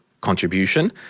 contribution